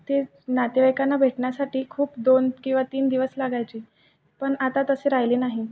ते नातेवाईकांना भेटण्यासाठी खूप दोन किंवा तीन दिवस लागायचे पण आता तसे राहिले नाही